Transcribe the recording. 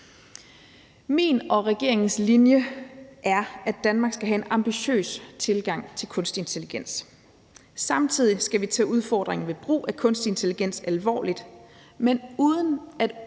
Min og regeringens linje er, at Danmark skal have en ambitiøs tilgang til kunstig intelligens. Samtidig skal vi tage udfordringen ved brug af kunstig intelligens alvorligt, men uden at